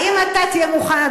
האם אתה תהיה מוכן,